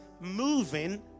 moving